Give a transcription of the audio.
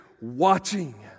watching